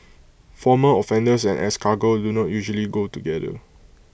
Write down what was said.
former offenders and escargot do not usually go together